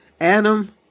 Adam